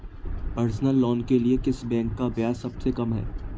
Personal loan के लिए किस बैंक का ब्याज सबसे कम है?